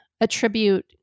attribute